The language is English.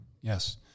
yes